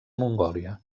mongòlia